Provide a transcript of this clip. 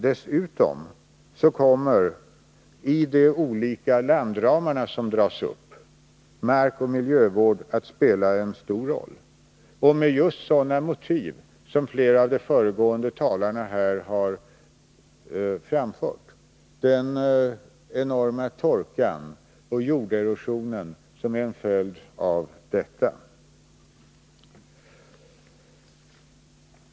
Dessutom kommer, i de olika landramar som dras upp, markoch miljövård att spela en stor roll, just med sådana motiv som flera av de föregående talarna har framfört, den enorma torkan och den jorderosion som är en följd av den.